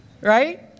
Right